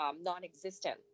non-existent